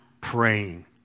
praying